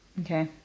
Okay